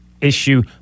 issue